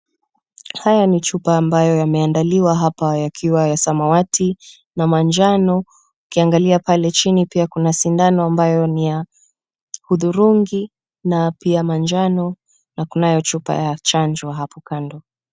Haya ni chupa ambayo yameandaliwa hapa yakiwa ya samawati na manjano. Ukiangalia chini pale kuna sindano ambayo ni ya udhuringi na pia manjano na kunayo chupa ya chanjo hapo kando.